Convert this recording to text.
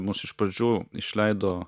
mus iš pradžių išleido